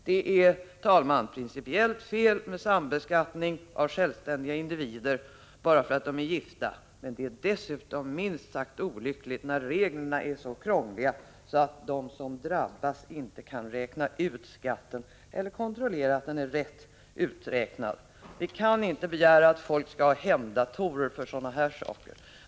Det är principiellt fel med sambeskattning av självständiga individer bara för att de är gifta. Det är dessutom minst sagt olyckligt, när reglerna är så krångliga att de som drabbas inte kan räkna ut skatten eller kontrollera att den är rätt uträknad. Vi kan inte begära att folk skall ha hemdatorer för sådana här saker.